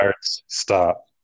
stop